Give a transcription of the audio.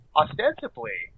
ostensibly